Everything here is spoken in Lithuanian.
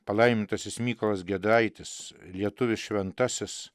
palaimintasis mykolas giedraitis lietuvių šventasis